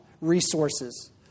resources